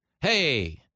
hey